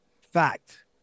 fact